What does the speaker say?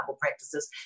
practices